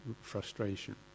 frustration